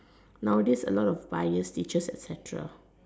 nowadays a lot of bias teachers etcetera